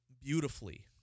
beautifully